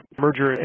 merger